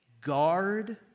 guard